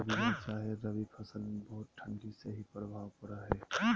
रबिया चाहे रवि फसल में बहुत ठंडी से की प्रभाव पड़ो है?